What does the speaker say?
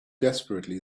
desperately